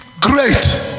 great